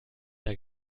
der